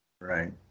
Right